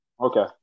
Okay